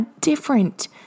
different